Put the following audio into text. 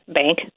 bank